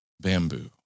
bamboo